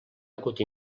hagut